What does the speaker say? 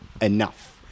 enough